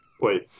Wait